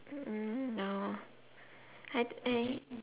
um no I I